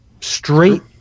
straight